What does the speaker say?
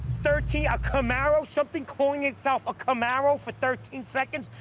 thirteen? a camaro? something calling itself a camaro for thirteen seconds?